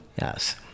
Yes